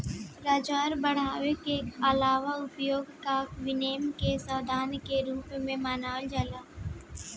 राजस्व बढ़ावे के आलावा उपभोग आ विनियम के साधन के रूप में मानल जाला